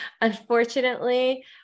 unfortunately